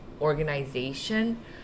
organization